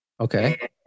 Okay